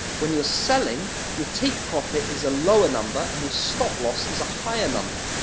when you're selling, your take profit is a lower number, and your stop loss is a higher number,